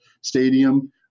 stadium